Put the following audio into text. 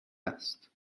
است